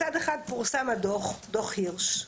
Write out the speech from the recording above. מצד אחד פורסם הדו"ח, דו"ח הירש,